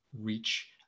reach